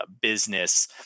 business